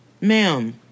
ma'am